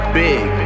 big